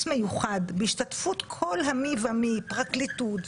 מיוחד בהשתתפות כל המי ומי פרקליטות,